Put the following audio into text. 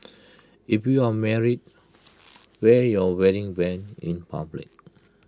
if you're married wear your wedding Band in public